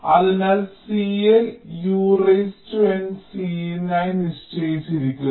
അതിനാൽ CL UN Cin ആയി നിശ്ചയിച്ചിരിക്കുന്നു